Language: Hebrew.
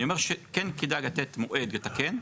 אני אומר שכן כדאי לתת מועד לתקן.